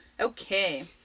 Okay